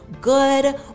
good